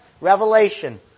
revelation